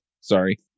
Sorry